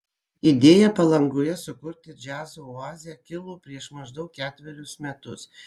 idėja palangoje sukurti džiazo oazę kilo prieš maždaug ketverius metus